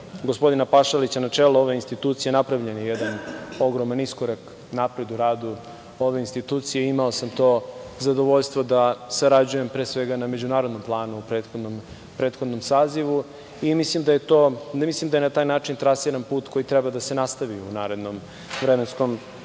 gospodina Pašalića na čelo ove institucije je napravljen jedan ogroman iskorak napred u radu ove institucije. Imao sam to zadovoljstvo da sarađujem pre svega na međunarodnom planu u prethodnom sazivu. Mislim da je na taj način trasiran put koji treba da se nastavi u narednom vremenskom periodu. Da